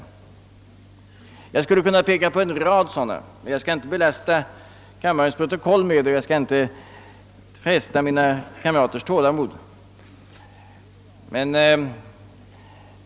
Jag skulle kunna ge en rad exempel härpå, men jag skall inte belasta kammarens protokoll och fresta mina kamraters tålamod härmed.